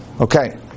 Okay